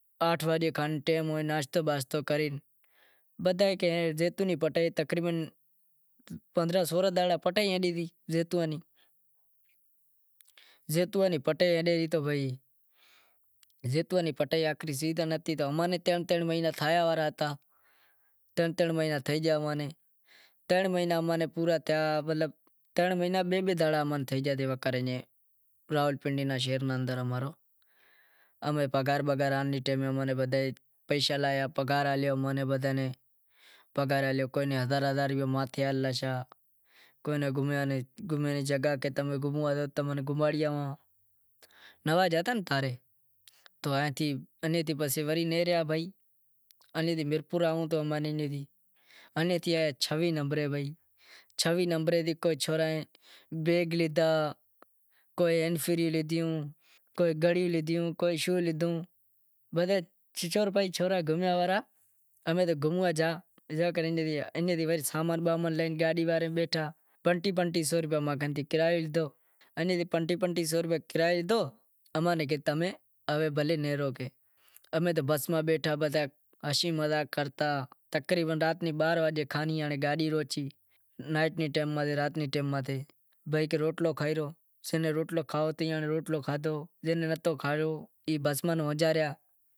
بیٹے ای ٹھکائی ماتھے نانہی پیٹیاں ہتی یات کلاں نیں پانس کلاں نیں انیں توڑائی کرتا آنپڑو سندھڑی تھے گیو، چوسو، لنگڑو، سونارو ایوو مال جام ہتو باغ ماں، امیں سوناراں ری الگ پٹائی تھاتی سندھڑی نی الگ پٹائی تھاتی، چوسے نی الگ پٹائی تھاتی آن سنھڑی نی الگ تھاتی، ایوا نمونے الگ الگ پٹائی تھاتی، پانس سو کوئی ہات سو پیٹیوں مطلب ٹوٹل دہاڑی ماں بے گاڈیوں بھراجتیوں موٹیوں۔ کوئی دماڑی ماتھے کوئی شاخ لایا کوئی شوں کرے ریا کوئی بوتلوں لائے ریا، بوتلوں امیں پیدہیوں کوئی شوں کریو